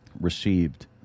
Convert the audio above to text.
received